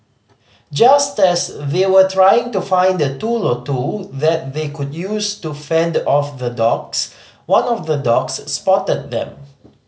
just as they were trying to find a tool or two that they could use to fend off the dogs one of the dogs spotted them